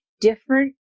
different